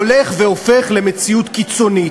הולכת והופכת למציאות קיצונית.